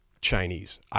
Chinese